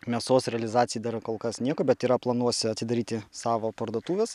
mėsos realizacijai dar kol kas nieko bet yra planuose atidaryti savo parduotuves